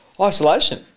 isolation